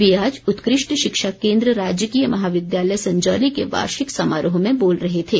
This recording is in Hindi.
वे आज उत्कृष्ट शिक्षा केन्द्र राजकीय महाविद्यालय संजौली के वार्षिक समारोह में बोल रहे थे